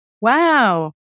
Wow